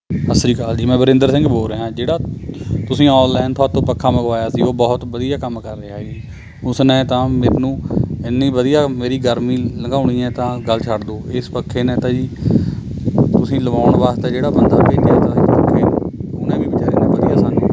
ਸਤਿ ਸ਼੍ਰੀ ਅਕਾਲ ਜੀ ਮੈਂ ਵਰਿੰਦਰ ਸਿੰਘ ਬੋਲ਼ ਰਿਹਾ ਜਿਹੜਾ ਤੁਸੀਂ ਔਨਲਾਈਨ ਥੋਤੋਂ ਪੱਖਾ ਮੰਗਵਾਇਆ ਸੀ ਉਹ ਬਹੁਤ ਵਧੀਆ ਕੰਮ ਕਰ ਰਿਹਾ ਹੈ ਜੀ ਉਸ ਨੇ ਤਾਂ ਮੈਨੂੰ ਐਨੀ ਵਧੀਆ ਮੇਰੀ ਗਰਮੀ ਲੰਘਾਉਣੀ ਹੈ ਤਾਂ ਗੱਲ ਛੱਡ ਦਿਉ ਇਸ ਪੱਖੇ ਨੇ ਤਾਂ ਜੀ ਤੁਸੀਂ ਲਵਾਉਣ ਵਾਸਤੇ ਜਿਹੜਾ ਬੰਦਾ ਭੇਜਿਆ ਤਾ ਇਸ ਪੱਖੇ ਨੂੰ ਉਹਨੇ ਵੀ ਬੇਚਾਰੇ ਨੇ ਵਧੀਆ ਸਾਨੂੰ